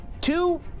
two